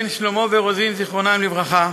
בן שלמה ורוזין, זיכרונם לברכה,